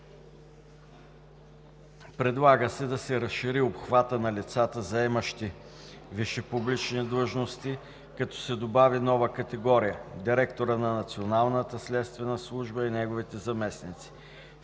Предлага се да се разшири обхватът на лицата, заемащи висши публични длъжности, като се добави нова категория – директорът на Националната следствена служба и неговите заместници.